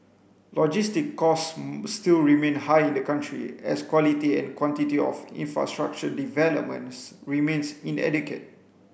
logistic costs still remain high in the country as quality and quantity of infrastructure developments remains inadequate